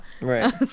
right